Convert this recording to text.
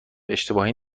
اشتباهی